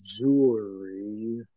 jewelry